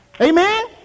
Amen